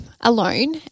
alone